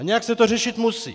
A nějak se to řešit musí.